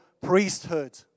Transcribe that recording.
priesthood